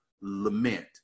Lament